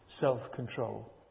self-control